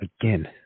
again